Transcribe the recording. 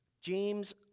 james